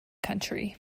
country